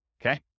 Okay